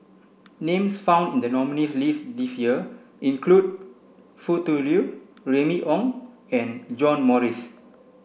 names found in the nominees' list this year include Foo Tui Liew Remy Ong and John Morrice